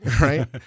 Right